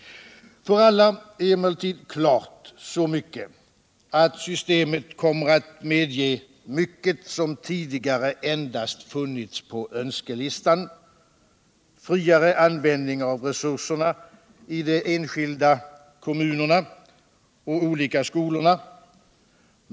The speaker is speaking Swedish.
För alla är emellertid så mycket klart att systemet kommer att medge mycket som tidigare endast funnits på önskelistan: friare användning av resurserna i de enskilda kommunerna och olika skolorna.